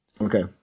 Okay